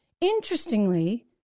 Interestingly